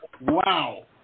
wow